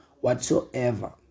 whatsoever